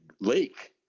lake